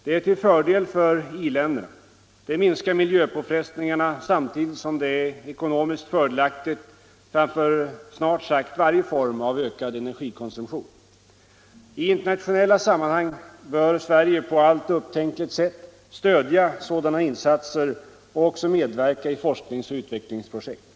Det är till fördel för i-länderna. Det minskar miljöpåfrestningarna samtidigt som det är ekonomiskt fördelaktigt framför snart sagt varje form av ökad energikonsumtion. I internationella sammanhang bör Sverige på allt upptänkligt sätt stödja sådana insatser och också medverka i forskningsoch utvecklingsprojekt.